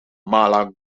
mala